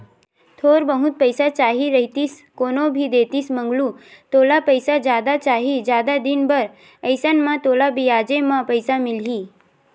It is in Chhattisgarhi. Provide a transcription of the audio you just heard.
थोर बहुत पइसा चाही रहितिस कोनो भी देतिस मंगलू तोला पइसा जादा चाही, जादा दिन बर अइसन म तोला बियाजे म पइसा मिलही